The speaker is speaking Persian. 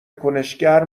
کنشگر